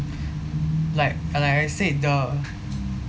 like uh like I said the